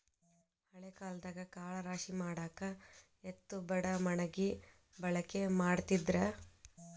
ಹಳೆ ಕಾಲದಾಗ ಕಾಳ ರಾಶಿಮಾಡಾಕ ಎತ್ತು ಬಡಮಣಗಿ ಬಳಕೆ ಮಾಡತಿದ್ರ